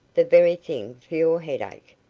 the very thing for your headache.